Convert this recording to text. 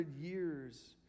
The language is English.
years